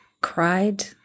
cried